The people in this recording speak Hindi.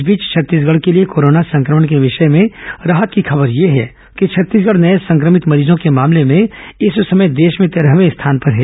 इस बीच छत्तीसगढ के लिए कोरोना संक्रमण के विषय में राहत की खबर यह है कि छत्तीसगढ नये संक्रमित मरीजों के मामलों में इस समय देश में तेरहवें स्थान पर है